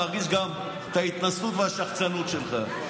מרגיש גם את ההתנשאות והשחצנות שלך.